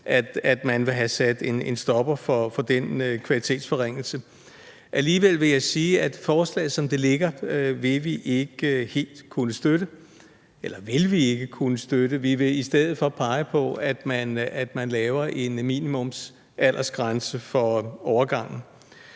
at man vil have sat en stopper for den kvalitetsforringelse. Alligevel vil jeg sige, at forslaget, som det ligger, vil vi ikke kunne støtte, men vi vil i stedet pege på, at man laver en minimumsaldersgrænse for overgangen.